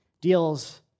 deals